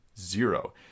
Zero